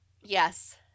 Yes